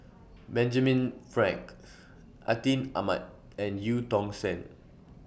Benjamin Frank Atin Amat and EU Tong Sen